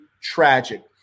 tragic